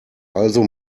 also